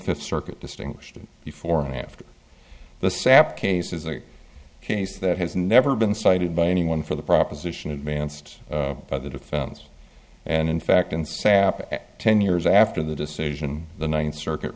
fifth circuit distinction before and after the sap case is a case that has never been cited by anyone for the proposition advanced by the defense and in fact in sap ten years after the decision the ninth circuit